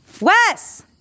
Wes